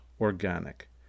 organic